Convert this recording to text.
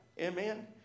amen